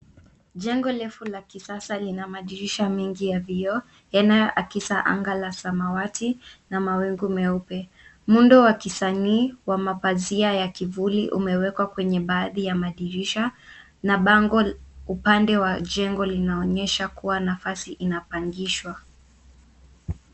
Jengo refu la kisasa lina madirisha mengi ya vioo yanayo akisa anga la samawati na mawingu meupe. Muundo wa kisanii wa mapazia ya kivuli umewekwa kwenye baadhi ya madirisha na bango upande wa jengo linaonyesha kuwa nafasi inapangishwa.